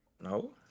no